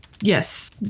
Yes